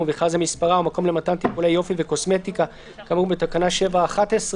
ובכלל זה מספרה ומקום למתן טיפולי יופי וקוסמטיקה כאמור בתקנה 7(11)